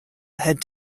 had